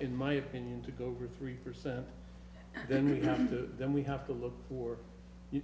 in my opinion to go over three percent then then we have to look for you